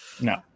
no